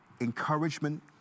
Encouragement